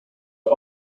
are